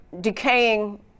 decaying